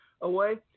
away